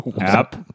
app